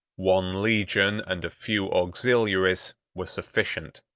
one legion and a few auxiliaries were sufficient.